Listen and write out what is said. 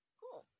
cool